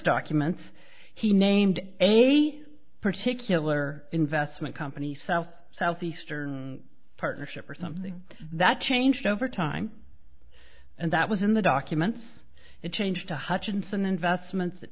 document he named a particular investment company south south eastern partnership or something that changed over time and that was in the documents it changed to hutchinson investments that